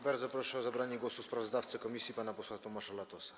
Bardzo proszę o zabranie głosu sprawozdawcę komisji pana posła Tomasza Latosa.